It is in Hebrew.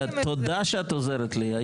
תודה שאת עוזרת לי.